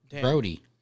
Brody